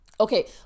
Okay